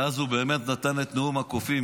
ואז הוא באמת נתן את נאום הקופים.